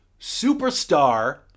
Superstar